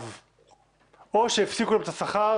שהיא הגורם המוסמך,